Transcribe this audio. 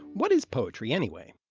what is poetry, anyway?